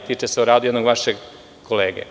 Tiče se rada jednog vašeg kolega.